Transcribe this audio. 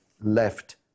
left